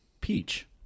peach